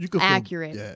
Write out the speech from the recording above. accurate